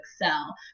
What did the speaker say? excel